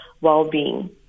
well-being